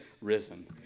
risen